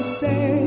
say